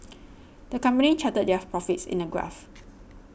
the company charted their profits in a graph